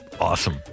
awesome